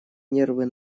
нервы